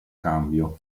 cambio